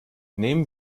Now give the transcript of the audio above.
nehmen